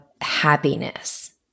happiness